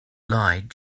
lied